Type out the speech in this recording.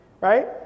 right